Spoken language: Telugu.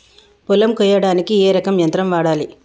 పొలం కొయ్యడానికి ఏ రకం యంత్రం వాడాలి?